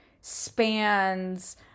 spans